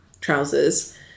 trousers